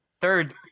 third